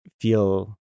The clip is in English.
feel